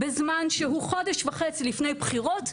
בזמן שהוא חודש וחצי לפני בחירות,